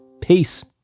Peace